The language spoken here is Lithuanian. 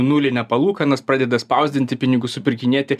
nuline palūkanos pradeda spausdinti pinigus supirkinėti